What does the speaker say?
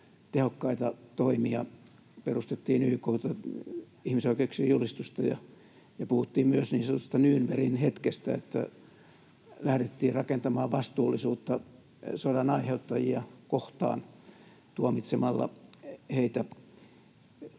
tehokkaita toimia. Perustettiin YK:ta, ihmisoikeuksien julistusta ja puhuttiin myös niin sanotusta Nürnbergin hetkestä, eli lähdettiin rakentamaan vastuullisuutta sodan aiheuttajia kohtaan tuomitsemalla heitä